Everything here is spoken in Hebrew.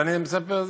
אני מספר.